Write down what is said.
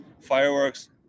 Fireworks